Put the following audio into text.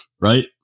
Right